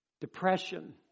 Depression